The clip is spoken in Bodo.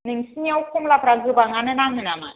नोंसिनियाव कमलाफ्रा गोबाङानो नाङो नामा